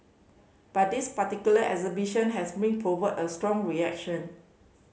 but this particular exhibition has been provoked a strong reaction